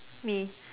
me